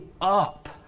up